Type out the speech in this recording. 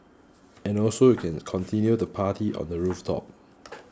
and also you can continue the party on the rooftop